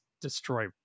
destroy